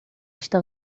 está